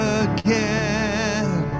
again